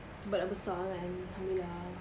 sebab dah besar kan